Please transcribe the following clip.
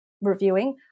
reviewing